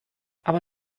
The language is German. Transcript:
aber